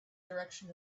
direction